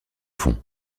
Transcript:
fond